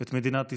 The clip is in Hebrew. את מדינת ישראל: